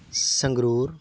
Sangrur